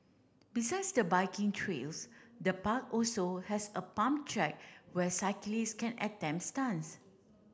besides the biking trails the park also has a pump track where cyclists can attempt stunts